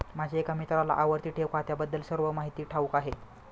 माझ्या एका मित्राला आवर्ती ठेव खात्याबद्दल सर्व माहिती ठाऊक आहे